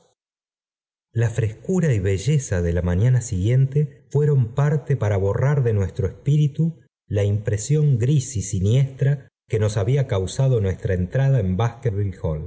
la frescura y belleza de la mañana siguiente fueron parte para borrar de nuestro espíritu la impresión gna y siniestra que nos había causado nuestra entrada en